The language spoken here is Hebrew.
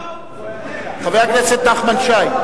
חבר הכנסת נחמן שי.